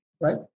right